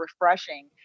refreshing